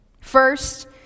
First